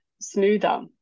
smoother